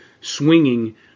swinging